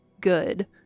good